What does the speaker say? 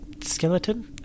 skeleton